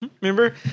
Remember